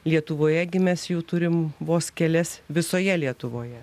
lietuvoje gi mes jų turim vos kelias visoje lietuvoje